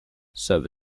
serve